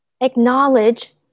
acknowledge